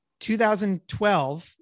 2012